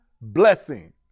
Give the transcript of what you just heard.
blessing